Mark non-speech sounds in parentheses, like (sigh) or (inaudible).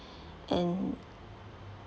(breath) and